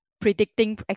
predicting